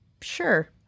Sure